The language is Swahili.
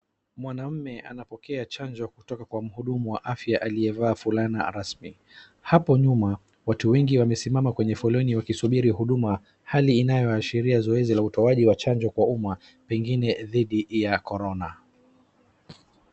Mwanaume anapokea chanjo kutoka kwa mhudumu wa afya aliye vaa fulana rasmi, hapo nyuma, watu wengi wamesimama kwenye foleni wakisubiri huduma, hali inayoashiria zoezi la utoaji wa chanjo kwa uma, pengine dhidi ya corona.